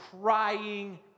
crying